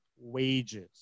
wages